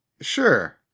Sure